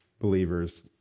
believers